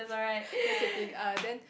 that's the thing err then